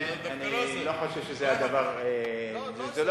כן, אני לא חושב שזה היה דבר, לא, לא זה.